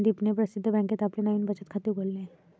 संदीपने प्रसिद्ध बँकेत आपले नवीन बचत खाते उघडले